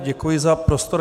Děkuji za prostor.